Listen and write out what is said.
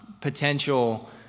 potential